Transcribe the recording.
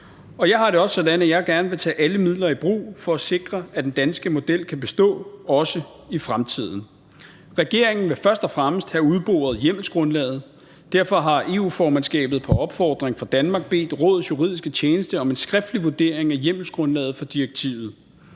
jeg har det også sådan, at jeg gerne vil tage alle midler i brug for at sikre, at den danske model kan bestå også i fremtiden. Regeringen vil først og fremmest have udboret hjemmelsgrundlaget. Derfor har EU-formandskabet på opfordring fra Danmark bedt rådets juridiske tjeneste om en skriftlig vurdering af hjemmelsgrundlaget for direktivet.